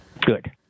good